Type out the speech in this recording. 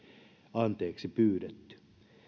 anteeksi pyydetty